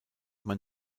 man